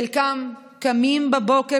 חלקם קמים בבוקר,